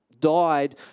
died